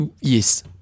Yes